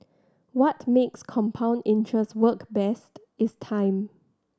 what makes compound interest work best is time